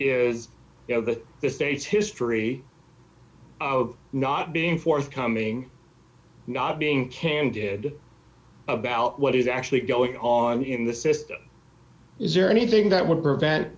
is you know the state's history of not being forthcoming not being candid about what is actually going on in the system is there anything that would prevent